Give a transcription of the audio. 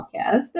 podcast